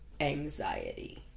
anxiety